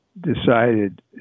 decided